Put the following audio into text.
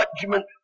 judgment